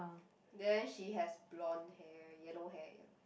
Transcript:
then she has blonde hair yellow hair